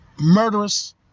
murderous